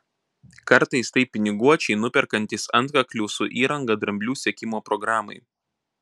kartais tai piniguočiai nuperkantys antkaklių su įranga dramblių sekimo programai